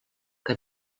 que